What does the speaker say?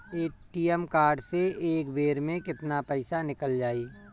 ATM card से एक बेर मे केतना पईसा निकल जाई?